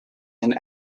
and